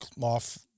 off